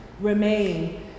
remain